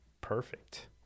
perfect